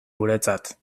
guretzat